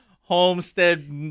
homestead